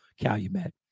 Calumet